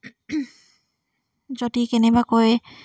যদি কেনেবাকৈ